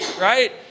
right